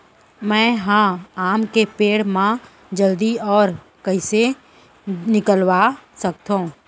मैं ह आम के पेड़ मा जलदी बौर कइसे निकलवा सकथो?